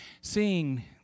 Seeing